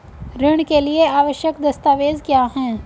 ऋण के लिए आवश्यक दस्तावेज क्या हैं?